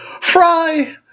Fry